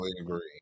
agree